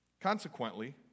Consequently